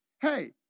hey